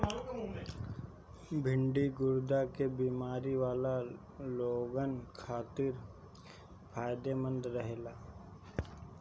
भिन्डी गुर्दा के बेमारी वाला लोगन खातिर फायदमंद रहेला